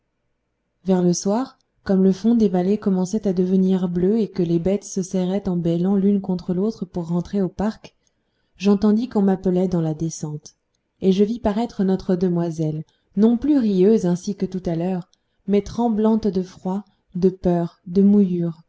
vers le soir comme le fond des vallées commençait à devenir bleu et que les bêtes se serraient en bêlant l'une contre l'autre pour rentrer au parc j'entendis qu'on m'appelait dans la descente et je vis paraître notre demoiselle non plus rieuse ainsi que tout à l'heure mais tremblante de froid de peur de mouillure